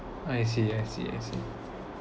I see I see I see